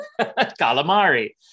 Calamari